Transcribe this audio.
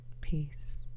Peace